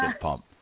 pump